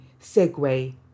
segue